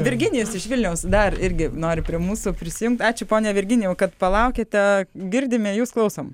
virginijus iš vilniaus dar irgi nori prie mūsų prisijungt ačiū pone virginijau kad palaukėte girdime jus klausom